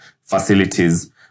facilities